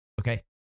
Okay